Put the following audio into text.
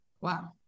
wow